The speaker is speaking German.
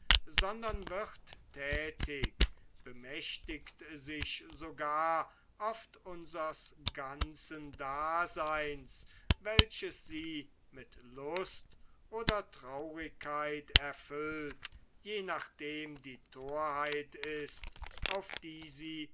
sondern wird thätig bemächtigt sich sogar oft unsers ganzen daseyns welches sie mit lust oder traurigkeit erfüllt je nachdem die thorheit ist auf die sie